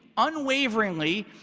unwaveringly,